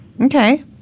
Okay